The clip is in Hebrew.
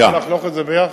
אנחנו נחנוך את זה יחד.